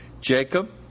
Jacob